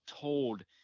told